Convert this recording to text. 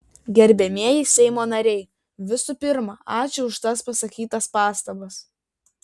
gerbiamieji seimo nariai visų pirma ačiū už tas pasakytas pastabas